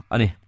Ani